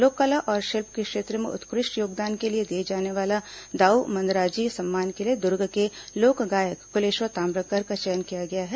लोककला और शिल्प के क्षेत्र में उत्कृष्ट योगदान के लिए दिए जाने वाले दाऊ मंदराजी सम्मान के लिए दुर्ग के लोक गायक कुलेश्वर ताम्रकार का चयन किया गया है